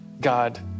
God